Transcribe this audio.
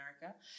America